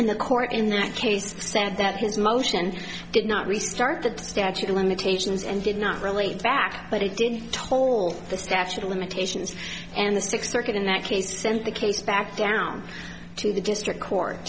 and the court in that case said that his motion did not restart the statute of limitations and did not relate back but he did toll the statute of limitations and the sixth circuit in that case sent the case back down to the district court